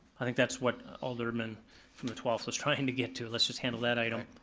i think that's what alderman from the twelfth was trying to get to, let's just handle that item.